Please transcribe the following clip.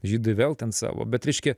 žydai vėl ten savo bet reiškia